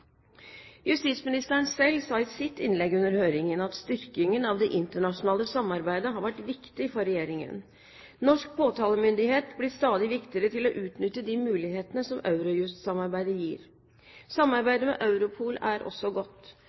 Justisministeren selv sa i sitt innlegg under høringen at styrkingen av det internasjonale samarbeidet har vært viktig for regjeringen. Norsk påtalemyndighet blir stadig viktigere for å utnytte de mulighetene som Eurojust-samarbeidet gir. Samarbeidet med Europol er også godt.